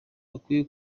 bakwiye